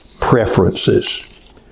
preferences